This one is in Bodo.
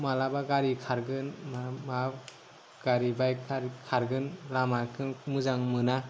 मालाबा गारि खारगोन मा गारि बाइक फोर खारगोन लामाफोर मोजां मोना